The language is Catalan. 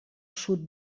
sud